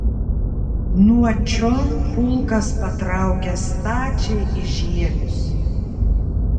nuo čion pulkas patraukė stačiai į žiemius